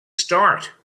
start